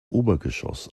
obergeschoss